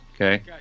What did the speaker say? okay